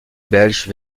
belge